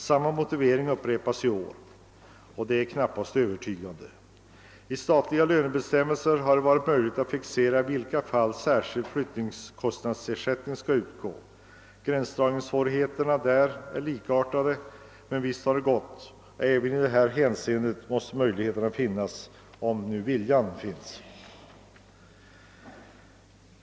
Denna motivering har upprepats i år men är långtifrån övertygande. Det har varit möjligt att i de statliga lönebestämmelserna fixera de fall där särskilda flyttningskostnadsersättningar skall utgå. Gränsdragningssvårigheterna är där likartade, men det har gått att lösa problemet. Även i detta fall måste det finnas möjligheter, om bara viljan finns.